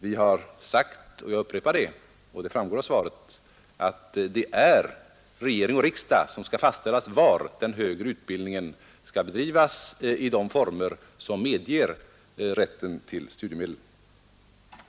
Vi har sagt — jag upprepar det, och det framgår av svaret — att det är regering och riksdag som skall fastställa var den högre utbildningen skall bedrivas i de former som medger rätt till studiemedel.